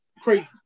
crazy